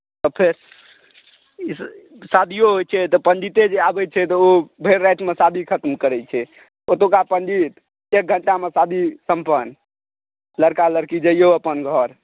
तऽ फेर शादियो होइत छै तऽ पंडीते जे आबैत छै तऽ ओ भरि रातिमे शादी खतम करैत छै ओतुका पण्डित एक घण्टामे शादी सम्पन्न लड़का लड़की जइयौ अपन घर